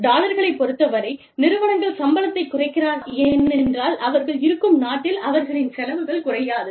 டாலர்களைப் பொறுத்தவரை நிறுவனங்கள் சம்பளத்தை குறைக்கிறார்களா ஏனென்றால் அவர்கள் இருக்கும் நாட்டில் அவர்களின் செலவுகள் குறையாது